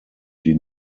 die